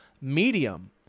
medium